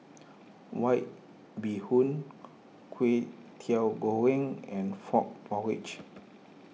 White Bee Hoon Kway Teow Goreng and Frog Porridge